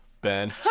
Ben